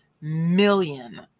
million